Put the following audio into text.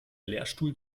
lehrstuhl